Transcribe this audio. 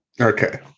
Okay